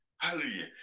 Hallelujah